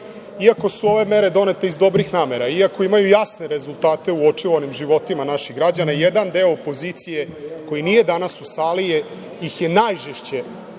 su ove mere donete iz dobrih namera, iako imaju jasne rezultate u očuvanim životima naših građana, jedan deo opozicije, koji nije danas u sali, ih je najžešće